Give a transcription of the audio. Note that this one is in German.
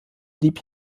blieb